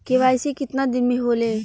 KYC कितना दिन में होले?